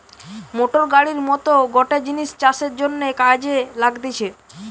motor গাড়ির মত গটে জিনিস চাষের জন্যে কাজে লাগতিছে